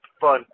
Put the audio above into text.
fun